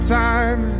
time